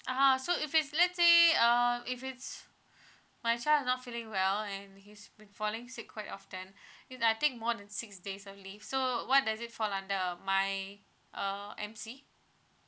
(uh huh) so if it's let's say um if it's my child are not feeling well and he's been falling sick quite often if I take more than six days on leave so what does it fall under my uh M_C